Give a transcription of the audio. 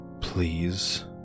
please